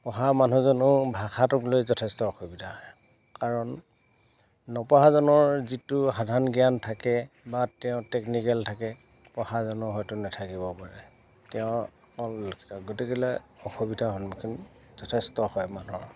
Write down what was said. পঢ়া মানুহজনো ভাষাটোক লৈ যথেষ্ট অসুবিধা হয় কাৰণ নপঢ়াজনৰ যিটো সাধাৰণ জ্ঞান থাকে বা তেওঁ টেকনিকেল থাকে পঢ়াজনৰ হয়তো নাথাকিব পাৰে তেওঁ অকল গতিকেলৈ অসুবিধাৰ সন্মুখীন যথেষ্ট হয় মানুহৰ